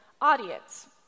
audience